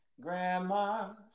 Grandma's